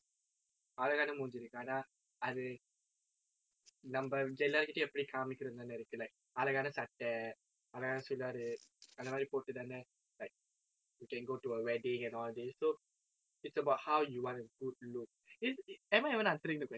அழகான மூஞ்சி இருக்கு ஆனா அது நம்ம எல்லார்கிட்டயும் எப்படி காமிக்கிறோம் தானே இருக்கு:alakaana munji irukku aanaa athu namma ellarkittayum eppadi kaamikkiroam thane irukku like அழகான சட்டை அழகான சுடிதாரு அந்த மாதிரி போட்டு தானே:alakaana sattai alakaana sudithaaru athu maathiri pottu thane like we can go to a wedding and all these so it's about how you want a good look is it am I even answering the question